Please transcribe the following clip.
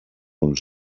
uns